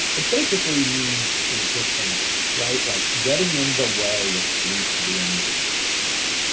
it basically means resisting arrest. right. like getting in the way of police doing their job.